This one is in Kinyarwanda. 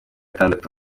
gatandatu